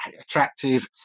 attractive